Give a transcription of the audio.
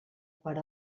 per